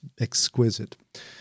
exquisite